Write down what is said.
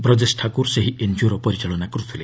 ବ୍ରଜେଶ ଠାକୁର ସେହି ଏନ୍କିଓର ପରିଚାଳନା କରୁଥିଲେ